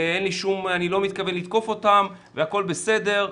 אני לא מתכוון לתקוף אותם והכל בסדר,